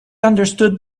understood